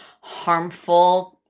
harmful